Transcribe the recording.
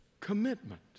Commitment